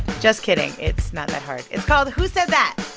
just kidding. it's not that hard. it's called who said that ah,